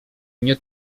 mnie